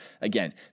Again